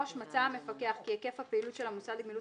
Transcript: (3)מצא המפקח כי היקף הפעילות של מוסד לגמילות